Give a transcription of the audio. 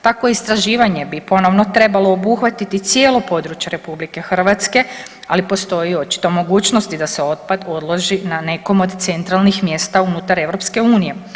Takvo istraživanje bi ponovno trebalo obuhvatiti cijelo područje RH, ali postoji očito mogućnost i da se otpad odloži na nekom od centralnih mjesta unutar EU.